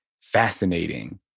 fascinating